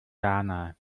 ghana